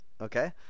Okay